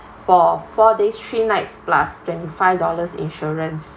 for four days three nights plus twenty five dollars insurance